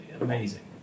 Amazing